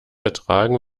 ertragen